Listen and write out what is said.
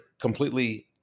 completely